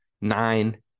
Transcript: nine